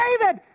David